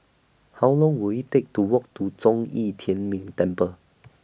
How Long Will IT Take to Walk to Zhong Yi Tian Ming Temple